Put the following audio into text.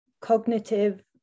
cognitive